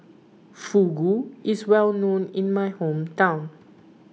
Fugu is well known in my hometown